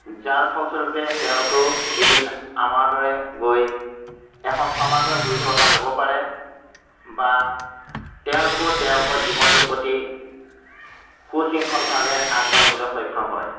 যাৰ ফলস্বৰূপে তেওঁলোকেও এদিন আমাৰ দৰে গৈ এখন সমাজৰ গুৰিধৰোঁতা হ'ব পাৰে বা তেওঁলোকেও তেওঁলোকৰ জীৱনটোৰ প্ৰতি সুশৃংখলভাৱে আগবাঢ়িবলৈ সক্ষম হয়